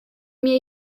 mir